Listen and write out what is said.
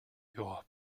your